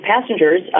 passengers